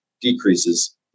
decreases